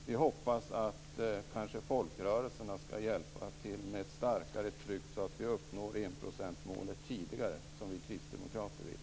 Vi hoppas att folkrörelserna skall hjälpa till med ett starkare tryck, så att vi uppnår enprocentsmålet tidigare, som vi kristdemokrater vill.